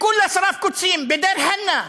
כולה שרף קוצים בדיר-חנא,